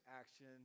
action